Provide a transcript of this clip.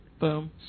Boom